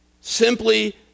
simply